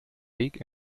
peak